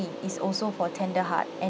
is also for tender heart and